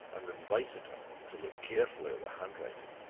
and invited him to look carefully at the handwriting.